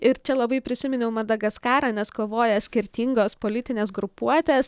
ir čia labai prisiminiau madagaskarą nes kovoja skirtingos politinės grupuotės